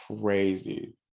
crazy